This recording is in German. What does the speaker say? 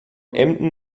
emden